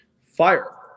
Fire